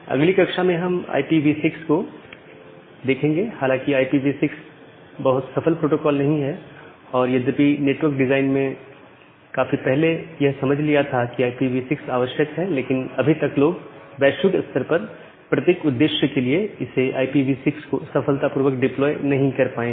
अगली कक्षा में हम IPV6 को देखेंगे हालांकि IPv6 बहुत सफल प्रोटोकॉल नहीं है और यद्यपि नेटवर्क डिजाइन ने काफी पहले यह समझ लिया था कि IPv6 आवश्यक है लेकिन अभी तक लोग वैश्विक स्तर पर प्रत्येक उद्देश्य के लिए इसे IPv6 को सफलतापूर्वक डिप्लोए नहीं कर पाए हैं